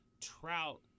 trout